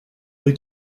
they